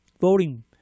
voting